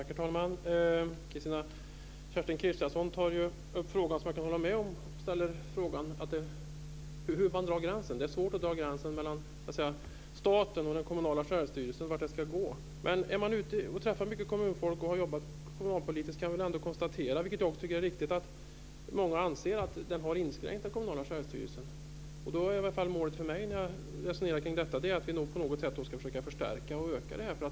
Herr talman! Kerstin Kristiansson Karlstedt tar upp en fråga som jag kan hålla med om. Hon frågar hur man drar gränsen. Det är svårt att dra gränsen mellan staten och den kommunala självstyrelsen. Om man är ute och träffar mycket kommunfolk och har jobbat kommunalpolitiskt kan man ändå konstatera, vilket är riktigt, att många anser att den kommunala självstyrelsen har inskränkts. Då är målet, i varje fall för mig när jag resonerar om detta, att vi på något sätt ska försöka förstärka och öka det här.